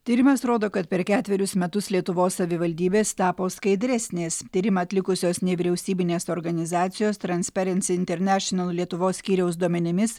tyrimas rodo kad per ketverius metus lietuvos savivaldybės tapo skaidresnės tyrimą atlikusios nevyriausybinės organizacijos transparency international lietuvos skyriaus duomenimis